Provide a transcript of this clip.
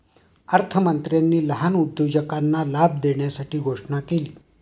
अर्थमंत्र्यांनी लहान उद्योजकांना लाभ देण्यासाठी घोषणा केली